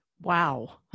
Wow